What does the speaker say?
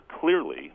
clearly